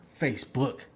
facebook